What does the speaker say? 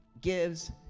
gives